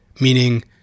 Meaning